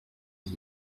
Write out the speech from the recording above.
iki